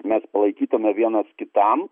mes palaikytume vienas kitam